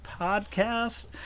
podcast